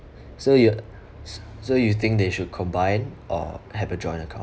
so you think they should combine or have a joint account